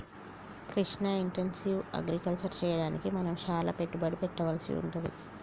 Krishna intensive agriculture చెయ్యడానికి మనం చాల పెట్టుబడి పెట్టవలసి వుంటది